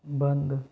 बंद